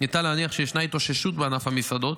ניתן להניח שישנה התאוששות בענף המסעדות,